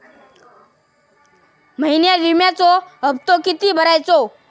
महिन्यात विम्याचो हप्तो किती भरायचो?